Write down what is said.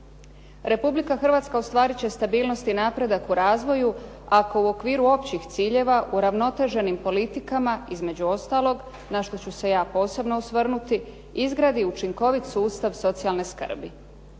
Republika Hrvatska ostvarit će stabilnost i napredak u razvoju ako u okviru općih ciljeva uravnoteženim politikama, između ostalog, na što ću se ja posebno osvrnuti, izgradi učinkovit sustav socijalne skrbi.